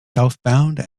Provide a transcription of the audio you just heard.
southbound